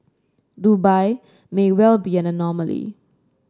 Dubai may well be an anomaly